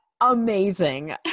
amazing